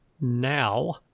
now